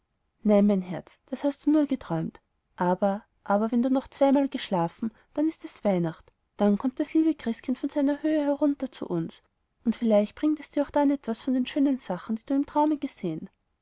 mein herz das hast du nur geträumt aber aber wenn du noch zweimal geschlafen dann ist es weihnacht dann kommt das liebe christkind von seiner höhe herunter zu uns und vielleicht bringt es dir dann etwas von den schönen sachen die du im traume gesehen